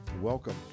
Welcome